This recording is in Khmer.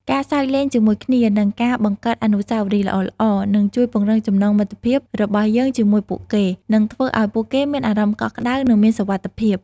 ការសើចលេងជាមួយគ្នា និងការបង្កើតអនុស្សាវរីយ៍ល្អៗ នឹងជួយពង្រឹងចំណងមិត្តភាពរបស់យើងជាមួយពួកគេ និងធ្វើឱ្យពួកគេមានអារម្មណ៍កក់ក្តៅ និងមានសុវត្ថិភាព។